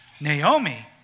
Naomi